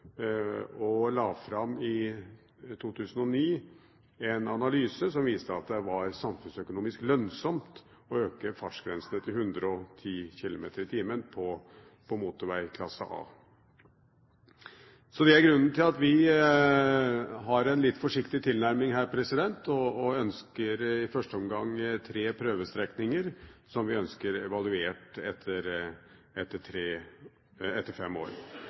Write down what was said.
og la i 2009 fram en analyse som viste at det var samfunnsøkonomisk lønnsomt å heve fartsgrensene til 110 km/t på motorveg klasse A. Det er grunnen til at vi har en litt forsiktig tilnærming. I første omgang ønsker vi tre prøvestrekninger som skal evalueres etter fem år.